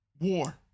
war